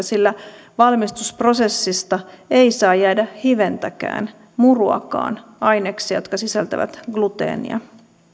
sillä valmistusprosessista ei saa jäädä hiventäkään muruakaan aineksia jotka sisältävät gluteenia